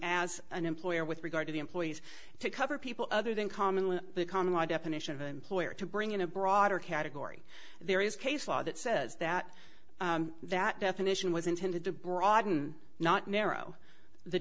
as an employer with regard to the employees to cover people other than commonly the common law definition of employer to bring in a broader category there is case law that says that that definition was intended to broaden not narrow the